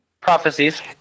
Prophecies